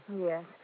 Yes